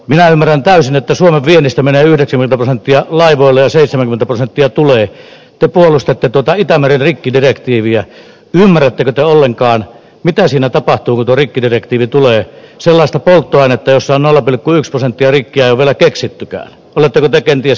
minä ymmärrän täysin että suomen viennistä menee yritimme dokumenttia laivoille seitsemänkymmentä prosenttia tulee kun puhelusta tietotaito levi kytö kiviä hämärtynyt ollenkaan mikä siinä tapahtui tuorikkidirektiivi tulee sellaista toimittaja sannalla kuin potentiaali jää vielä keksittykään ole pelätä kenties